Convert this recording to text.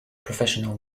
professional